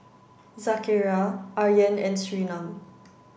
Zakaria Aryan and Surinam